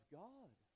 god